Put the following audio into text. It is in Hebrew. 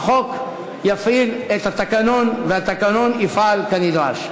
החוק יפעיל את התקנון והתקנון יפעל כנדרש.